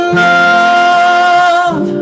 love